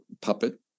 puppet